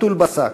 חתול בשק.